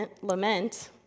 lament